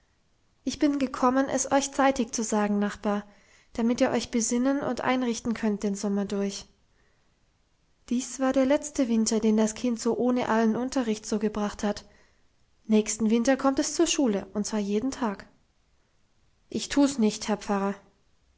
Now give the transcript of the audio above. ich bin gekommen es euch zeitig zu sagen nachbar damit ihr euch besinnen und einrichten könnt den sommer durch dies war der letzte winter den das kind so ohne allen unterricht zugebracht hat nächsten winter kommt es zur schule und zwar jeden tag ich tu's nicht herr pfarrer